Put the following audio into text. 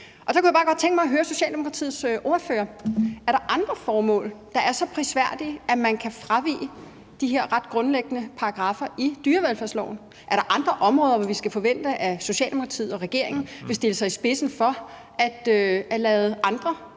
Der kunne jeg bare godt tænke mig at høre Socialdemokratiets ordfører: Er der andre formål, der er så prisværdige, at man kan fravige de her ret grundlæggende paragraffer i dyrevelfærdsloven? Er der andre områder, hvor vi skal forvente at Socialdemokratiet og regeringen vil stille sig i spidsen for at lade andre